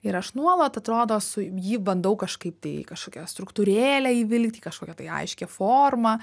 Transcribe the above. ir aš nuolat atrodo su jį bandau kažkaip tai į kažkokią struktūrėlę įvilkti į kažkokią tai aiškią formą